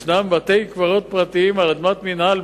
יש בתי-קברות פרטיים על אדמת מינהל,